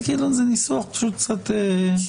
פשוט שלוש דרכים.